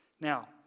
Now